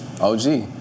OG